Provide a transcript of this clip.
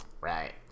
Right